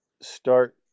start